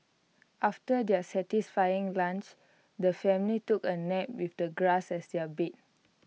after their satisfying lunch the family took A nap with the grass as their bed